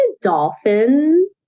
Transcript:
dolphin